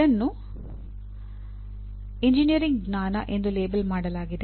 ಇದನ್ನು ಎಂಜಿನಿಯರಿಂಗ್ ಜ್ಞಾನ ಎಂದು ಲೇಬಲ್ ಮಾಡಲಾಗಿದೆ